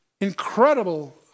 incredible